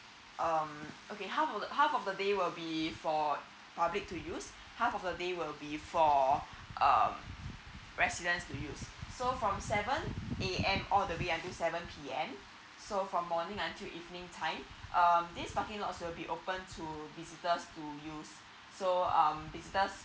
um okay half of half of the day will be for public to use half of a day will be for uh residents to use so from seven A_M all the way until seven P_M so from morning until evening time uh this parking lots will be open to visitors to use so um visitors